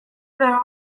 were